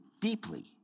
deeply